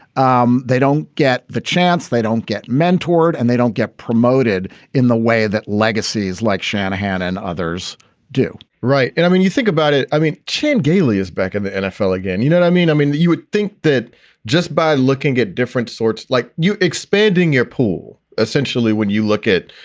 um they don't get the chance. they don't get mentored and they don't get promoted in the way that legacies like shanahan and others do right. and i mean, you think about it. i mean, chin. haley is back in the nfl again. you know, i mean i mean, you would think that just by looking at different sorts, like you expanding your pool, essentially when you look at,